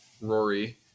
Rory